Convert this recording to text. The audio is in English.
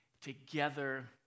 together